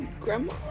Grandma